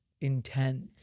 intense